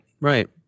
right